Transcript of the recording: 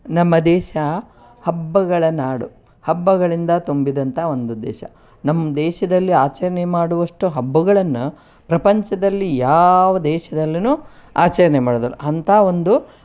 ನಮ್ಮ ದೇಶ ಹಬ್ಬಗಳ ನಾಡು ಹಬ್ಬಗಳಿಂದ ತುಂಬಿದಂಥ ಒಂದು ದೇಶ ನಮ್ಮ ದೇಶದಲ್ಲಿ ಆಚರಣೆ ಮಾಡುವಷ್ಟು ಹಬ್ಬಗಳನ್ನು ಪ್ರಪಂಚದಲ್ಲಿ ಯಾವ ದೇಶದಲ್ಲಿಯೂ ಆಚರಣೆ ಮಾಡೋದಿಲ್ಲ ಅಂಥ ಒಂದು